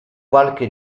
qualche